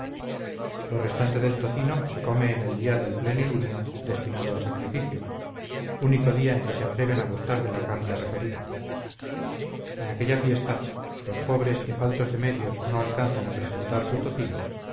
lo restante del tocino se come en el día del plenilunio destinado al sacrificio único día en que se atreven a gustar de la carne referida en aquella fiesta los pobres que faltos de medios no alcanzan a presentar su tocino